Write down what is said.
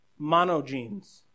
monogenes